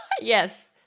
Yes